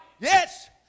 Yes